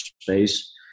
space